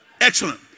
Excellent